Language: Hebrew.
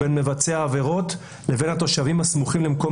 בין מבצע העבירות לבין התושבים הסמוכים למקום